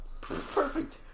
Perfect